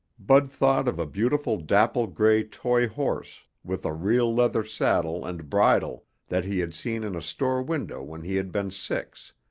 bud thought of a beautiful dapple-gray toy horse with a real leather saddle and bridle that he had seen in a store window when he had been six.